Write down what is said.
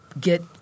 get –